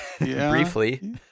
Briefly